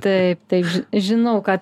taip taip žinau ką